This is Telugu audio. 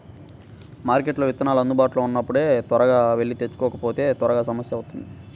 మార్కెట్లో విత్తనాలు అందుబాటులో ఉన్నప్పుడే త్వరగా వెళ్లి తెచ్చుకోకపోతే తర్వాత సమస్య అవుతుంది